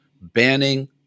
banning